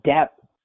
depth